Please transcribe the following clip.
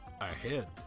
ahead